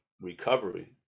recovery